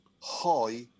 high